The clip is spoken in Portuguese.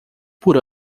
por